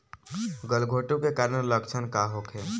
गलघोंटु के कारण लक्षण का होखे?